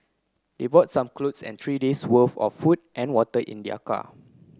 they brought some clothes and three day's worth of food and water in their car